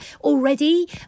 already